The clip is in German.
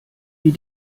wie